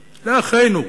לאחינו,